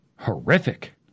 horrific